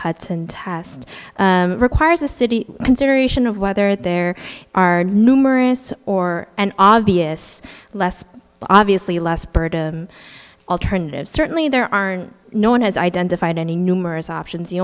hudson test requires a city consideration of whether there are numerous or and obvious obviously less burdensome alternatives certainly there are no one has identified any numerous options the